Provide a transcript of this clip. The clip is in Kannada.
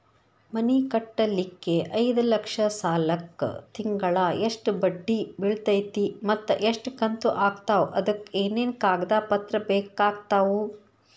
ಮನಿ ಕಟ್ಟಲಿಕ್ಕೆ ಐದ ಲಕ್ಷ ಸಾಲಕ್ಕ ತಿಂಗಳಾ ಎಷ್ಟ ಬಡ್ಡಿ ಬಿಳ್ತೈತಿ ಮತ್ತ ಎಷ್ಟ ಕಂತು ಆಗ್ತಾವ್ ಅದಕ ಏನೇನು ಕಾಗದ ಪತ್ರ ಬೇಕಾಗ್ತವು?